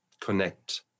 connect